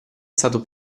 stato